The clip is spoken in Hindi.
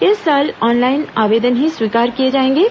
इस साल ऑनलाइन आवेदन ही स्वीकार किए जाएंगे